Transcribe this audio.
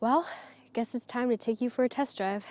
well i guess it's time to take you for a test drive